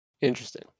Interesting